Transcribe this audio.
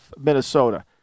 Minnesota